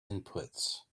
inputs